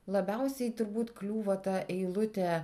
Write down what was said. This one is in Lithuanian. labiausiai turbūt kliūva ta eilutė